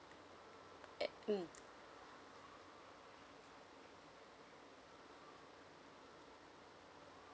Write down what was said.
at mm